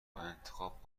انتخاب